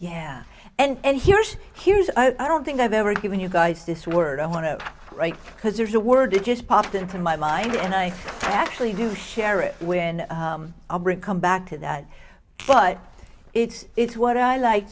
yeah and here's here's i don't think i've ever given you guys this word i want to write because there's a word that just popped into my mind and i actually do share it when i come back to that but it's what i like